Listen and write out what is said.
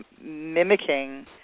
mimicking